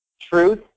truth